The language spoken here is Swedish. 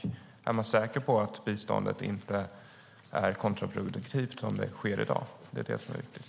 Är man säker på att biståndet, som det ges i dag, inte är kontraproduktivt? Det är det som är viktigt.